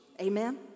Amen